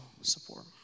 support